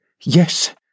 Yes